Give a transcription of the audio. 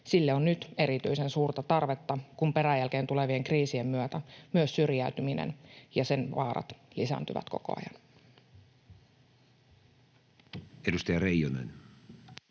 Sille on nyt erityisen suurta tarvetta, kun peräjälkeen tulevien kriisien myötä myös syrjäytyminen ja sen vaarat lisääntyvät koko ajan.